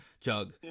jug